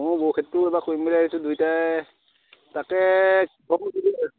ময়ো বড়ো খেতিটো এইবাৰ কৰিম বুলি ভাৱিছোঁ দুয়োটাই তাকে